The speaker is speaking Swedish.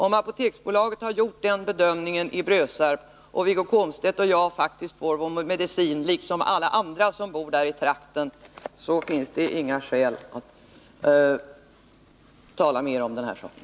Om Apoteksbolaget gjort den bedömningen i Brösarp och Wiggo Komstedt och jag faktiskt får vår medicin liksom alla andra som bor trakten, så finns det inga skäl att tala mer om den saken.